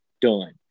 done